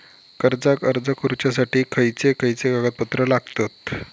कर्जाक अर्ज करुच्यासाठी खयचे खयचे कागदपत्र लागतत